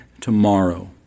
tomorrow